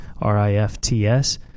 R-I-F-T-S